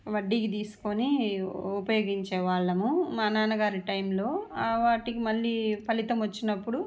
వడ్డీకి తీసుకొని ఉపయోగించే వాళ్ళము మా నాన్నగారి టైంలో వాటికి మళ్ళీ ఫలితం వచ్చినప్పుడు